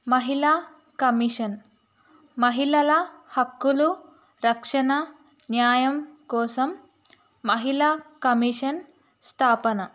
మహిళ కమిషన్ మహిళల హక్కులు రక్షణ న్యాయం కోసం మహిళ కమిషన్ స్థాపన